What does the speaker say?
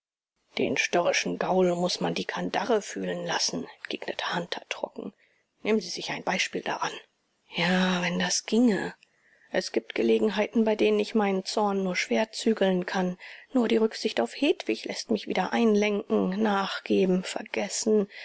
den störrischen gaul muß man die kandare fühlen lassen entgegnete hunter trocken nehmen sie sich ein beispiel daran ja wenn das ginge es gibt gelegenheiten bei denen ich meinen zorn nur schwer zügeln kann nur die rücksicht auf hedwig läßt mich wieder einlenken nachgeben vergessen